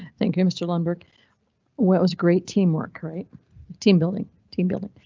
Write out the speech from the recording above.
thank you, mr. lundberg was great teamwork, right team building team building.